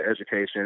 education